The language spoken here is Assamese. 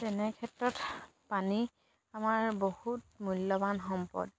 তেনে ক্ষেত্ৰত পানী আমাৰ বহুত মূল্যৱান সম্পদ